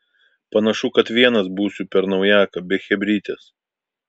panašu kad vienas būsiu per naujaką be chebrytės